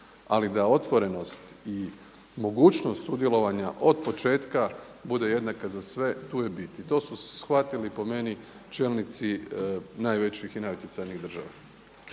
Ali da otvorenost i mogućnost sudjelovanja od početka bude jednaka za sve tu je bit. I to su shvatili po meni čelnici najvećih i najutjecajnijih država.